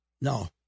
no